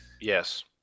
Yes